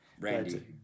Randy